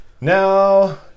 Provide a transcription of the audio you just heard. Now